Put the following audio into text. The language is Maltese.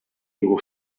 jieħu